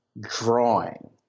drawing